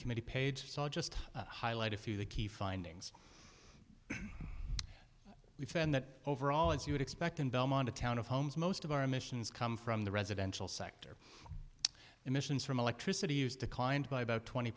committee page so i'll just highlight a few the key findings we found that overall as you would expect in belmont a town of homes most of our emissions come from the residential sector emissions from electricity use declined by about twenty